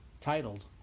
Titled